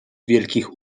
wielkich